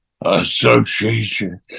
association